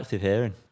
hearing